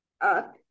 up